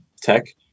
tech